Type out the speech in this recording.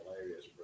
hilarious